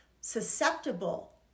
susceptible